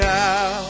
now